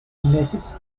indices